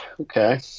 Okay